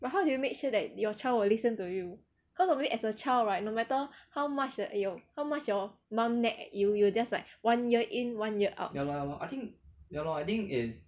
but how do you make sure that your child will listen to you cause probably as a child right no matter how much you how much your mum nag at you you just like one ear in one ear out